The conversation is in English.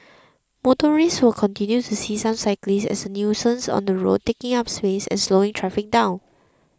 motorists will continue to see some cyclists as a nuisance on the road taking up space and slowing traffic down